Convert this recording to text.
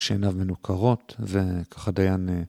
שעיניו מנוכרות וככה דיין.